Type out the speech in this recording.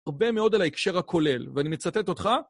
הרבה מאוד על ההקשר הכולל, ואני מצטט אותך.